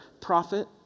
prophet